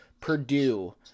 Purdue